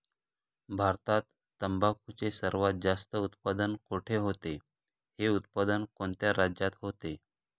भारतात तंबाखूचे सर्वात जास्त उत्पादन कोठे होते? हे उत्पादन कोणत्या राज्यात होते?